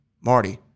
Marty